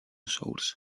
source